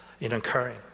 incurring